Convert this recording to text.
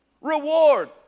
reward